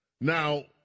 Now